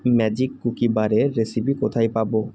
magic cookie বারের recipe কোথায় পাব